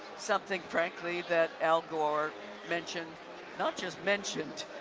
something frankly that al gore mentioned not just mentioned,